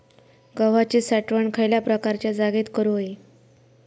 गव्हाची साठवण खयल्या प्रकारच्या जागेत करू होई?